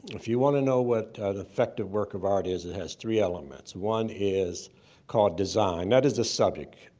if you want to know what an effective work of art is, it has three elements. one is called design. that is the subject,